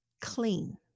clean